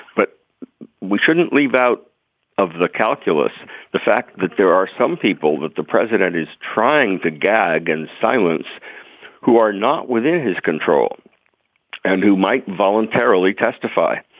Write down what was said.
but we shouldn't leave out of the calculus the fact that there are some people that the president is trying to gag and silence who are not within his control and who might voluntarily testify.